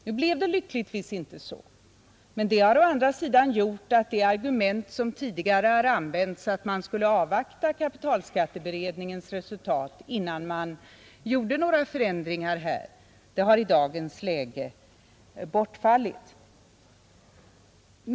Nu blev det lyckligtvis inte så, men det har å andra sidan gjort att det argument som tidigare använts, nämligen att man borde avvakta kapitalskatteberedningens förslag innan man gjorde några förändringar, i dagens läge har bortfallit.